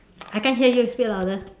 I can't hear you speak louder